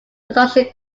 production